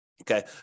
Okay